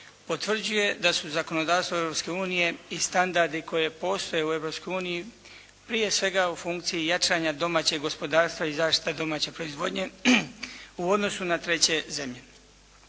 potvrđuje da su zakonodavstvo Europske unije i standardi koji postoje u Europskoj uniji prije svega u funkciji jačanja domaćeg gospodarstva i zaštita domaće proizvodnje u odnosu na treće zemlje.